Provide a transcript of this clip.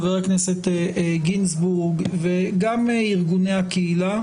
חבר הכנסת גינזבורג וגם ארגוני הקהילה